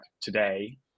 today